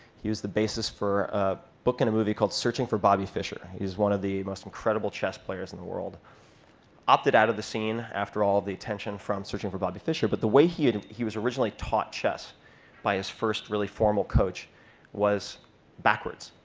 he was the basis for a book and a movie called searching for bobby fischer. he's one of the most incredible chess players in the world. he opted out of the scene after all of the attention from searching for bobby fischer. but the way he and he was originally taught chess by his first really formal coach was backwards.